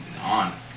on